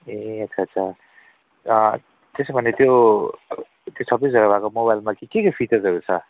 ए अच्छा अच्छा त्यसो भने त्यो त्यो छ्ब्बिस हजार भएको मोबालमा चाहिँ के के फिचर्सहरू छ